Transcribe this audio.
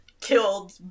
killed